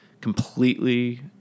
completely